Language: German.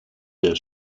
der